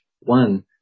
One